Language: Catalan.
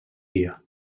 dia